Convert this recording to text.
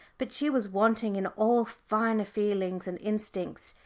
but she was wanting in all finer feelings and instincts.